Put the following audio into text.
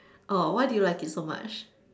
orh why do you like it so much